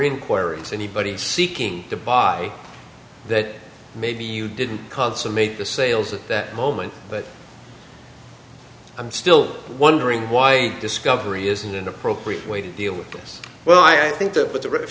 inquiries anybody seeking to buy that maybe you didn't consummate the sales at that moment but i'm still wondering why discovery isn't an appropriate way to deal with this well i think that with the rif